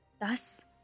Thus